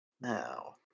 Now